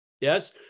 yes